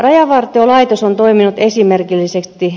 rajavartiolaitos on toiminut esimerkillisesti